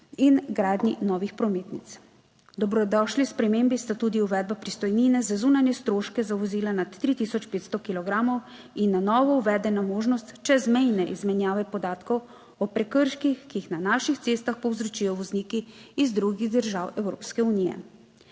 in gradnji novih prometnic. Dobrodošli spremembi sta tudi uvedba pristojbine za zunanje stroške za vozila nad 3 tisoč 500 kilogramov in na novo uvedena možnost čezmejne izmenjave podatkov o prekrških, ki jih na naših cestah povzročijo vozniki iz drugih držav Evropske unije.